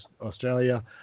Australia